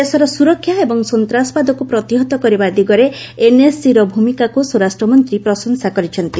ଦେଶର ସୁରକ୍ଷା ଏବଂ ସନ୍ତାସବାଦକୁ ପ୍ରତିହତ କରିବା ଦିଗରେ ଏନ୍ଏସ୍ଜିର ଭୂମିକାକୁ ସ୍ୱରାଷ୍ଟ୍ର ମନ୍ତ୍ରୀ ପ୍ରଶଂସା କରିଛନ୍ତି